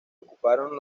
ocuparon